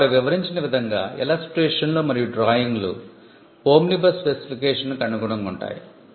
ఇక్కడ వారు వివరించిన విధంగా ఇల్లస్ట్రేషన్లు మరియు డ్రాయింగ్లు ఓమ్నిబస్ స్పెసిఫికేషన్కు అనుగుణంగా ఉంటాయి